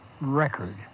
record